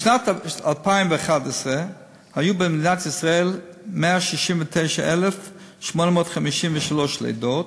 בשנת 2011 היו במדינת ישראל 169,853 לידות,